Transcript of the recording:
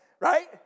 right